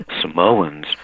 Samoans